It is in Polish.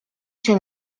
się